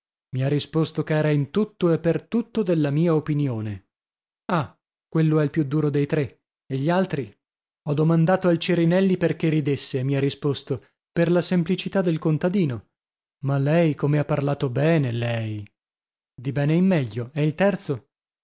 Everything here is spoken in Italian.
mi ha risposto ch'era in tutto e per tutto della mia opinione ah quello è il più duro dei tre e gli altri ho domandato al cerinelli perchè ridesse e mi ha risposto per la semplicità del contadino ma lei come ha parlato bene lei di bene in meglio e il terzo